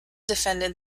defended